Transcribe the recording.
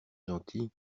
gentil